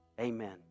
Amen